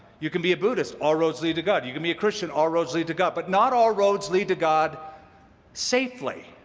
you can be a buddhist all roads lead to god. you can be a christian all roads lead to god. but not all roads lead to god safely.